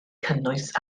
cynnwys